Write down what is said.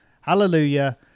hallelujah